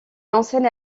enseigne